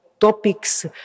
topics